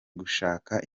gushaka